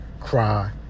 cry